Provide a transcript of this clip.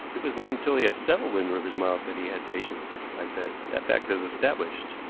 it was not until he had settled in riversmouth that he had patients, i said. that fact is established.